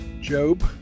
Job